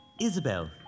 Isabel